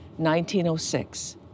1906